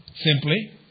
simply